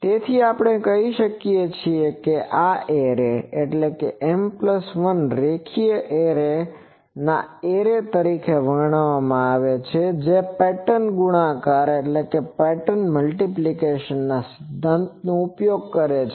તેથી આપણે કહી શકીએ કે આ એરે M1 રેખીય એરેના એરે તરીકે વર્ણવવામાં આવે છે જે પેટર્ન ગુણાકારના સિદ્ધાંતનો ઉપયોગ કરે છે